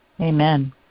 Amen